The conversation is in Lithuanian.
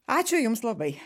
ačiū jums labai